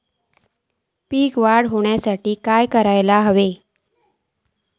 पीक वाढ होऊसाठी काय करूक हव्या?